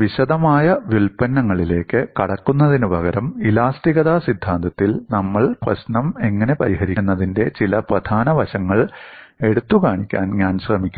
വിശദമായ വ്യുൽപ്പന്നങ്ങളിലേക്ക് കടക്കുന്നതിനുപകരം ഇലാസ്തികത സിദ്ധാന്തത്തിൽ നമ്മൾ പ്രശ്നം എങ്ങനെ പരിഹരിക്കും എന്നതിന്റെ ചില പ്രധാന വശങ്ങൾ എടുത്തുകാണിക്കാൻ ഞാൻ ശ്രമിക്കും